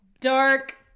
dark